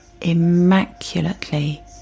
immaculately